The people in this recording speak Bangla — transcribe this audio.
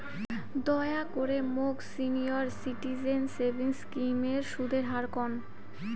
দয়া করে মোক সিনিয়র সিটিজেন সেভিংস স্কিমের সুদের হার কন